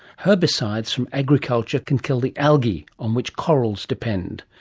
herbicides from agriculture can kill the algae on which corals depend.